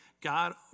God